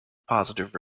positive